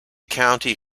county